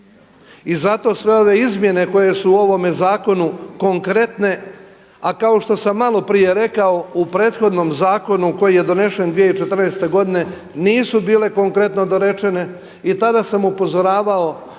I zato sve ove izmjene koje su u ovome zakonu konkretne, a kao što sam malo prije rekao u prethodnom zakonu koji je donesen 2014. godine nisu bile konkretno dorečene i tada sam upozoravao